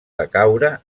decaure